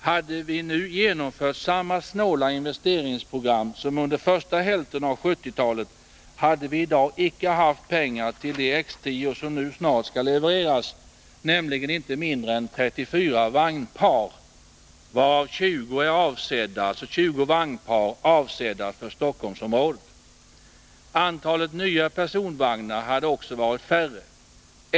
Hade vi nu genomfört samma snåla investeringsprogram som under första hälften av 1970-talet, hade vi i dag inte haft pengar till de X 10-or som snart skall levereras, nämligen inte mindre än 34 vagnpar, varav 20 är avsedda för Stockholmsområdet. Antalet nya personvagnar hade också varit mindre.